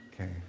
okay